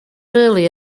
early